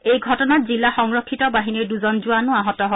এই ঘটনাত জিলা সংৰক্ষিত বাহিনীৰ দুজন জোৱানো আহত হয়